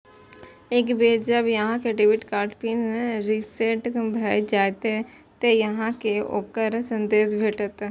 एक बेर जब अहांक डेबिट कार्ड पिन रीसेट भए जाएत, ते अहांक कें ओकर संदेश भेटत